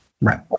Right